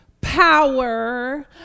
power